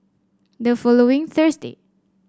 the following Thursday